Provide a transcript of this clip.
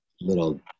little